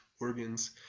organs